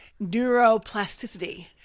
neuroplasticity